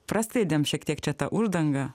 praskleidėm šiek tiek čia tą uždangą